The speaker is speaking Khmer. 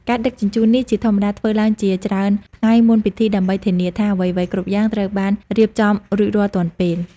ការដឹកជញ្ជូននេះជាធម្មតាធ្វើឡើងជាច្រើនថ្ងៃមុនពិធីដើម្បីធានាថាអ្វីៗគ្រប់យ៉ាងត្រូវបានរៀបចំរួចរាល់ទាន់ពេល។